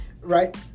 right